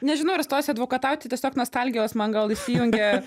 nežinau ar stosiu advokatauti tiesiog nostalgijos man gal įsijungė